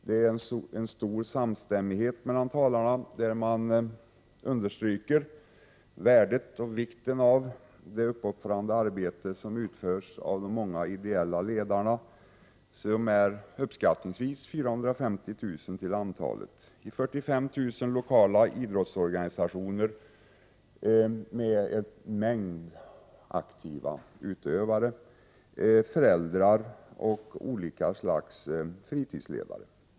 Det finns en stor samstämmighet mellan talarna, som understryker värdet och vikten av det uppoffrande arbete som utförs av de många ideella ledarna, som uppskattningsvis är 450 000 till antalet, i 45 000 lokala idrottsorganisationer med en mängd aktiva utövare, föräldrar och olika slags fritidsledare.